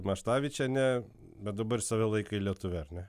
maštavičienė bet dabar save laikai lietuve ar ne